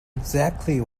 exactly